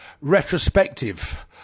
retrospective